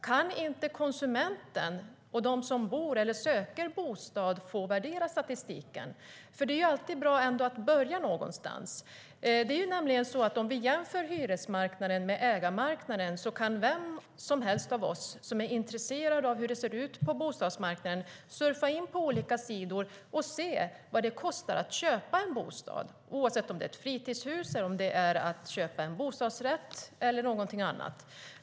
Kan inte konsumenter, de som bor eller de som söker bostad, få värdera statistiken? Man måste ju börja någonstans. Om man jämför hyresmarknaden med ägarmarknaden ser vi att vem som helst av oss som är intresserad av hur det ser ut på bostadsmarknaden kan surfa in på olika sidor och se vad det kostar att köpa en bostad, antingen det är ett fritidshus, en bostadsrätt eller något annat.